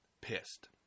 pissed